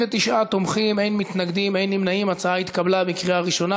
ההצעה להעביר את הצעת חוק לתיקון פקודת מס הכנסה (מס' 238),